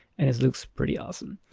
and it looks pretty awesome.